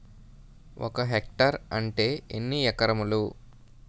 ఒక హెక్టార్ అంటే ఎన్ని ఏకరములు?